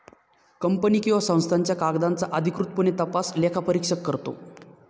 company किंवा संस्थांच्या कागदांचा अधिकृतपणे तपास लेखापरीक्षक करतो